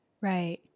Right